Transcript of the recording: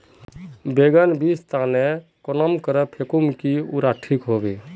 बैगन बीज टन दर खुना की करे फेकुम जे टिक हाई?